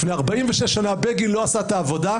לפני 46 שנה בגין לא עשה את העבודה,